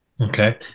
Okay